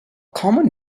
common